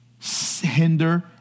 hinder